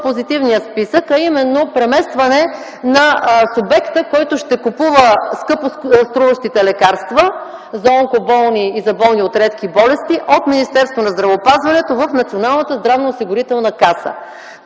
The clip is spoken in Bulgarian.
Позитивния списък, а именно преместване на субекта, който ще купува скъпо струващите лекарства за онкоболни и болни от редки болести от Министерството на здравеопазването в Националната здравноосигурителна каса.